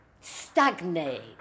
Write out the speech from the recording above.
stagnate